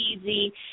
easy